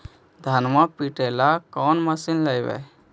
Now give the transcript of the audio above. धनमा पिटेला कौन मशीन लैबै?